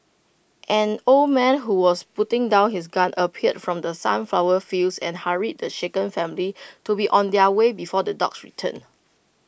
an old man who was putting down his gun appeared from the sunflower fields and hurried the shaken family to be on their way before the dogs return